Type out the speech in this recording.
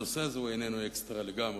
הנושא הזה הוא איננו "אקסטרה" לגמרי.